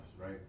right